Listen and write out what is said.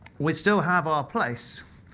we still have our place,